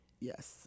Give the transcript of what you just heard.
Yes